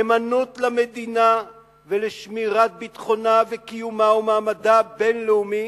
הנאמנות למדינה ולשמירת ביטחונה וקיומה ומעמדה הבין-לאומי